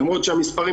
למרות שהמספרים,